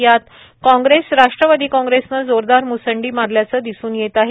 यात काँग्रेस राष्ट्रवादी काँग्रेसने जोरदार म्संडी मारल्याचे दिसून येत आहे